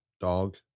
dog